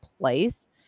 place